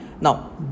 Now